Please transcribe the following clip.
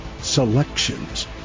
selections